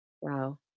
Wow